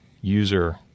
user